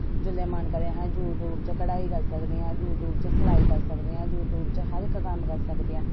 जिसले मन करे यूट्यूब च कढाई करी सकदे हां यूट्यूब सिलाई करी सकदे हां यूट्यूब च हर इक कम्म करी सकदे हा